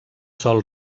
sol